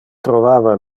trovava